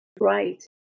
right